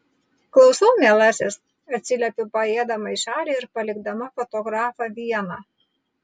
klausau mielasis atsiliepiu paėjėdama į šalį ir palikdama fotografą vieną